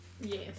Yes